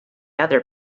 other